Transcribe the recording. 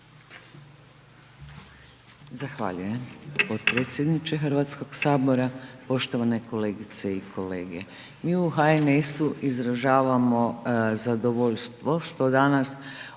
Zahvaljujem potpredsjedniče HS. Poštovane kolegice i kolege, mi u HNS-u izražavamo zadovoljstvo što danas